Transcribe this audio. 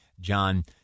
John